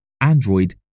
Android